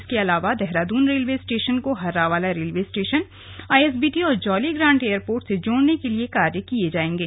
इसके अलावा Dehradun railway station को हर्रावाला रेलवे स्टेशन आईएसबीटी और जौलीग्रान्ट एयरपोर्ट से जोड़ने के लिए कार्य किए जाएंगे